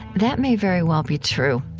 that may very well be true,